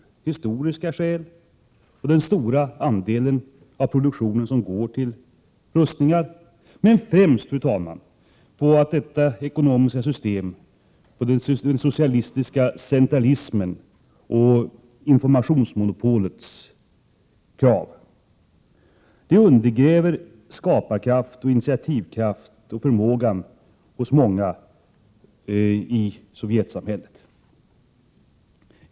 Det har historiska skäl, det hänger samman med den stora andel av produktionen som går till rustningar, men främst, fru talman, beror det på detta ekonomiska system, på den socialistika centralismens och informationsmonopolets krav. De undergräver skaparkraft, initiativkraft och förmåga hos många i Sovjetsamhället.